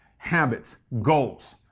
habits, goals.